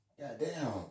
goddamn